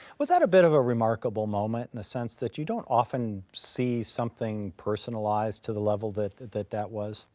was that a bit of a remarkable moment in the sense that you don't often see something personalized to the level that that that was?